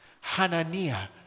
Hananiah